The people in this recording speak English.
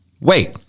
wait